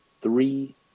three